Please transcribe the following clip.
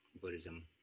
Buddhism